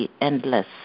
endless